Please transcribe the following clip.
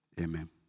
Amen